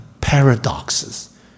paradoxes